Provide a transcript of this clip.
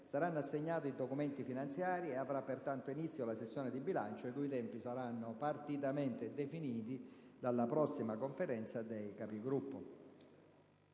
saranno assegnati i documenti finanziari e avrà pertanto inizio la sessione di bilancio, i cui tempi saranno partitamente definiti dalla prossima Conferenza dei Capigruppo.